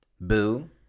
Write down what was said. Boo